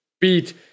beat